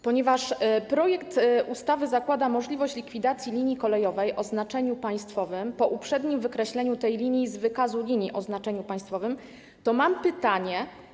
Ponieważ projekt ustawy zakłada możliwość likwidacji linii kolejowej o znaczeniu państwowym po uprzednim wykreśleniu tej linii z wykazu linii o znaczeniu państwowym, to mam pytanie: